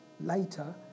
later